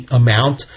amount